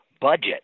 Budget